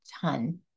ton